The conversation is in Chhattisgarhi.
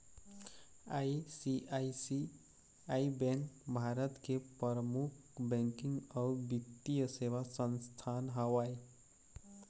आई.सी.आई.सी.आई बेंक भारत के परमुख बैकिंग अउ बित्तीय सेवा संस्थान हवय